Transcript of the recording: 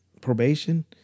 probation